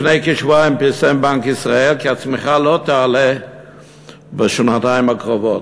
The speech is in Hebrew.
לפני כשבועיים פרסם בנק ישראל כי הצמיחה לא תעלה בשנתיים הקרובות,